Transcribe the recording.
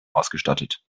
ausgestattet